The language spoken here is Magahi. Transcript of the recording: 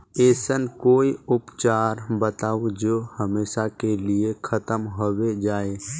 ऐसन कोई उपचार बताऊं जो हमेशा के लिए खत्म होबे जाए?